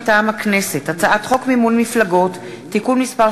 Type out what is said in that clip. מטעם הכנסת: הצעת חוק מימון מפלגות (תיקון מס'